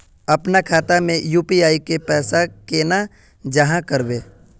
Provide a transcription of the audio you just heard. अपना खाता में यू.पी.आई के पैसा केना जाहा करबे?